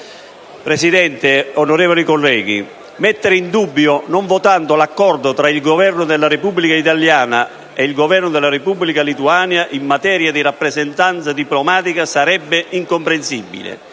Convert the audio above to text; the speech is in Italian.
Presidente, onorevoli colleghi, mettere in dubbio, non votandolo, l'Accordo tra il Governo della Repubblica italiana e il Governo della Repubblica di Lituania in materia di rappresentanze diplomatiche sarebbe incomprensibile.